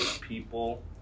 people